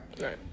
right